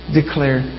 declare